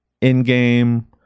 in-game